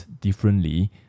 differently